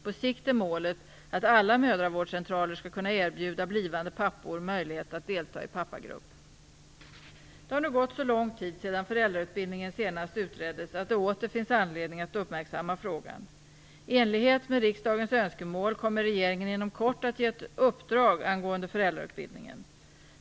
På sikt är målet att alla mödravårdscentraler skall kunna erbjuda blivande pappor möjlighet att delta i en pappagrupp. Det har nu gått så lång tid sedan föräldrautbildningen senast utreddes att det åter finns anledning att uppmärksamma frågan. I enlighet med riksdagens önskemål kommer regeringen inom kort att ge ett uppdrag angående föräldrautbildningen.